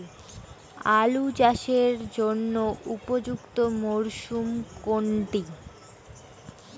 আলু চাষের জন্য উপযুক্ত মরশুম কোনটি?